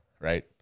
right